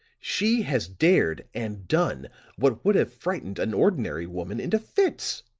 she has dared and done what would have frightened an ordinary woman into fits.